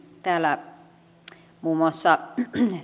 täällä muun muassa